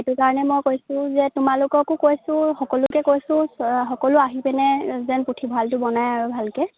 সেইটো কাৰণে মই কৈছোঁ যে তোমালোককো কৈছোঁ সকলোকে কৈছোঁ সকলো আহি পিনে যেন পুথিভঁৰালটো বনায় আৰু ভালকৈ